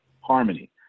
Harmony